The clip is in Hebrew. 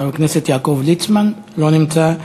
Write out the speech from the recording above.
חבר הכנסת יעקב ליצמן, לא נמצא.